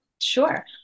Sure